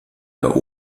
der